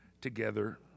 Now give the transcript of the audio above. together